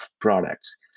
products